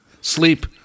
Sleep